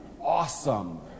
awesome